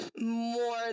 more